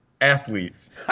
athletes